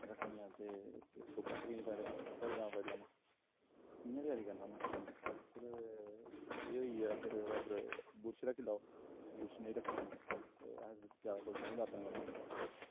रक्खनियां ते इक दो पैंट कमीच पाई लैनी जां कुर्ता पजामां पाई लैना इ'यां त्यारी करना होन्ना फिर एह् होई गेआ फिर ओह्दे बाद बुर्श रक्खी लैओ बुर्श नेईं रक्खना ते अस जादा खुश रौहन्ने दातन करने गी